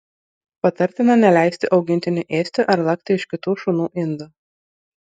patartina neleisti augintiniui ėsti ar lakti iš kitų šunų indų